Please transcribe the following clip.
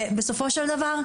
ובסופו של דבר,